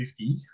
50